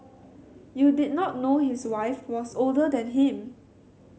you did not know his wife was older than him